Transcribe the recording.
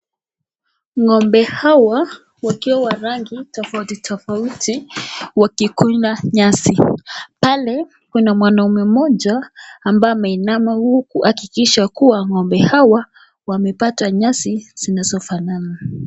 Ngombe hawa wakiwa wa rangi tofauti togauti wakikula nyazi. Pale kuna mwanaume moja ambaye ameinama huku akihakikisha kuwa ngombe hawa wamepata nyasi zinazo fanana.